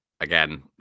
again